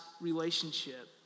relationship